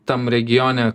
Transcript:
tam regione